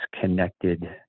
connected